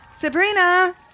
Sabrina